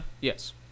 Yes